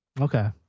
okay